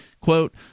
Quote